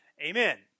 Amen